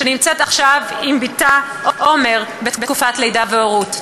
שנמצאת עכשיו עם בתה עומר בתקופת לידה והורות.